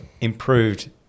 improved